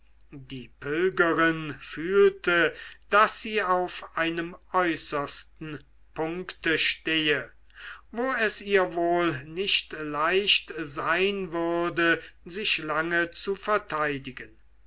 die pilgerin fühlte daß sie auf einem äußersten punkte stehe wo es ihr wohl nicht leicht sein würde sich lange zu verteidigen